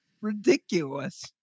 ridiculous